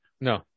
No